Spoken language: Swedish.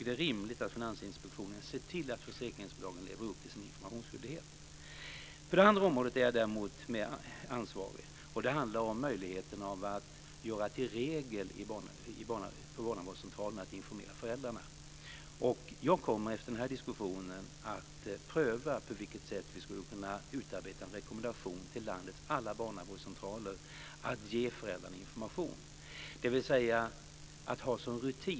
Det är rimligt att Finansinspektionen ser till att försäkringsbolagen lever upp till sin informationsskyldighet. På det andra området är jag däremot mera ansvarig, och det handlar om möjligheten att göra till regel att barnavårdscentralen ska informera föräldrarna. Efter den här diskussionen kommer jag att pröva på vilket sätt vi kan utarbeta en rekommendation till landets alla barnavårdscentraler om att de ska ge föräldrarna information.